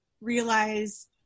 realize